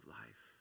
life